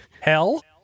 Hell